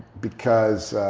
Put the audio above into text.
because,